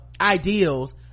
ideals